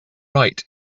right